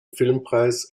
filmpreis